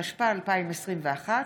התשפ"א 2021,